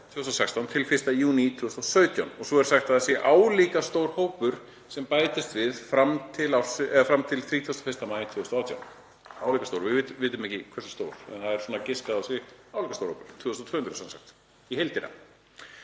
2016 til 1. júní 2017 og svo er sagt að það sé álíka stór hópur sem bætist við fram til 31. maí 2018, við vitum ekki hversu stór en það er giskað á að það sé álíka stór hópur. Þetta eru 2.200 í heildina.